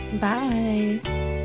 Bye